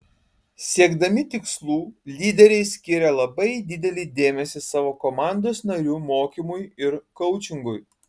siekdami tikslų lyderiai skiria labai didelį dėmesį savo komandos narių mokymui ir koučingui